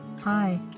Hi